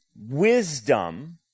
wisdom